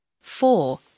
Four